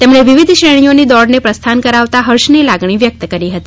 તેમણે વિવિધ શ્રેણીઓની દોડને પ્રસ્થાન કરાવતા હર્ષની લાગણી વ્યક્ત કરી હતી